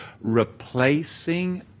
replacing